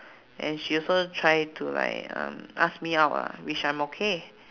and she also try to like uh ask me out ah which I'm okay